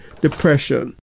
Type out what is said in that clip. depression